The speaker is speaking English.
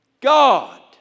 God